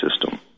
system